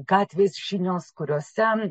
gatvės žinios kurios